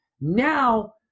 Now